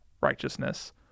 righteousness